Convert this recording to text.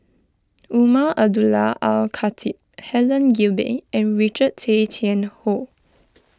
Umar Abdullah Al Khatib Helen Gilbey and Richard Tay Tian Hoe